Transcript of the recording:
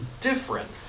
different